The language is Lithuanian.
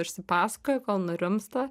išsipasakoja kol nurimsta